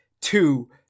Two